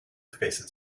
faces